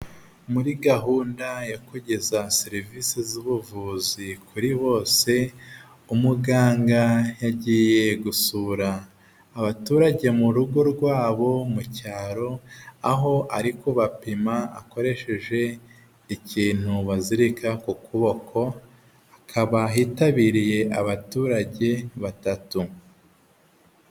Muri gahunda yo kugeza serivise z'ubuvuzi kuri bose, umuganga yagiye gusura abaturage mu rugo rwabo mu cyaro, aho ari kubapima akoresheje ikintu bazirika ku kuboko, hakaba hitabiriye abaturage batatu.